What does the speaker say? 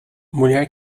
mulher